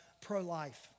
pro-life